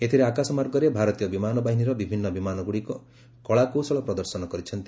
ଏଥିରେ ଆକାଶମାର୍ଗରେ ଭାରତୀୟ ବିମାନ ବାହିନୀର ବିଭିନ୍ନ ବିମାନଗୁଡ଼ିକ କଳାକୌଶଳ ପ୍ରଦର୍ଶନ କରିଛନ୍ତି